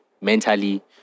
mentally